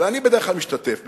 ואני בדרך כלל משתתף בזה.